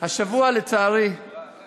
לא יָלַד ולא הוּלַד, שווה לו אין גם אחד.